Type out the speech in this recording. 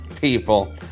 people